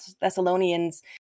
Thessalonians